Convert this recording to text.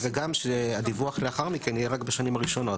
וגם שהדיווח לאחר מכן יהיה רק בשנים הראשונות.